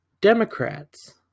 democrats